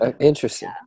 interesting